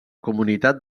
comunitat